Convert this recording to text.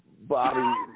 Bobby